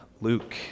Luke